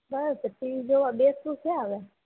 બસ TV જોવા બેસવું સે હવે